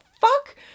fuck